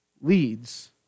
leads